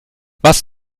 was